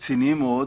רציניים מאוד,